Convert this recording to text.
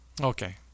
Okay